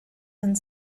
and